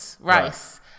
rice